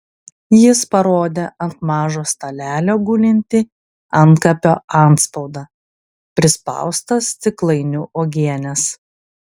jis parodė ant mažo stalelio gulintį antkapio atspaudą prispaustą stiklainiu uogienės